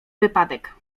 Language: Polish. wypadek